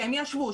שהם ישבו,